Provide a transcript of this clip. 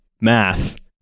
math